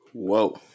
whoa